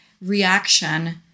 reaction